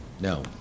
No